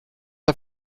der